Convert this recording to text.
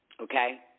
Okay